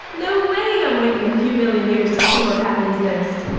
no way i'm waiting a few million years to see what happens next.